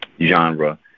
genre